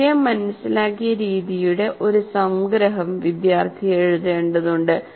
വിഷയം മനസിലാക്കിയ രീതിയുടെ ഒരു സംഗ്രഹം വിദ്യാർത്ഥി എഴുതേണ്ടതുണ്ട്